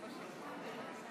אדוני היושב-ראש.